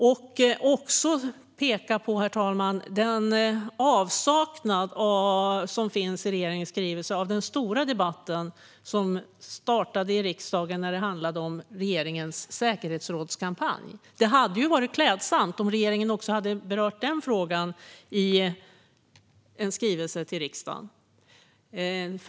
Låt mig också, herr talman, peka på avsaknaden i regeringens skrivelse av den stora debatt som startade i riksdagen om regeringens säkerhetsrådskampanj. Det hade varit klädsamt om regeringen också hade berört den frågan i en skrivelse till riksdagen.